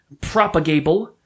Propagable